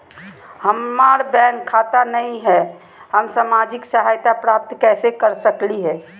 हमार बैंक खाता नई हई, हम सामाजिक सहायता प्राप्त कैसे के सकली हई?